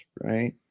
right